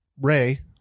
Ray